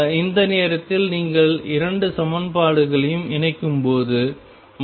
இந்த நேரத்தில் நீங்கள் இரண்டு சமன்பாடுகளையும் இணைக்கும்போது Xcot X Y